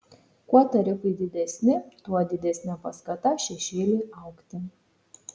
kuo tarifai didesni tuo didesnė paskata šešėliui augti